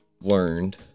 learned